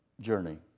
journey